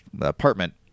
apartment